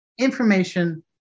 information